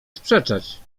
sprzeczać